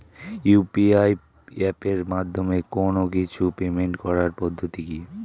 UPI এপের মাধ্যমে কোন কিছুর পেমেন্ট করার পদ্ধতি কি?